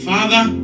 Father